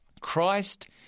Christ